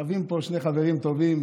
רבים פה שני חברים טובים,